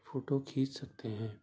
photo کھینچ سکتے ہیں